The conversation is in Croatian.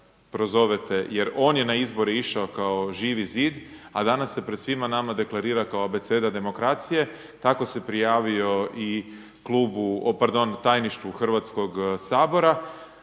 jer on je na izbore išao kao Živi zid, a danas se pred svima nama deklarira kao Abeceda demokracije, tako se prijavio i tajništvu Hrvatskog sabora.